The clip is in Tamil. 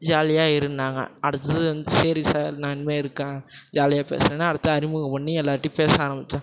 ஜாலியாக இருன்னாங்க அடுத்தது வந்து சரி சார் நான் இனிமே இருக்கேன் ஜாலியாக பேசுறேன்னு அடுத்து அறிமுகம் பண்ணி எல்லார்கிட்டையும் பேச ஆரம்பிச்சேன்